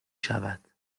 شود